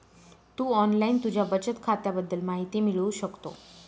तू online तुझ्या बचत खात्याबद्दल माहिती मिळवू शकतो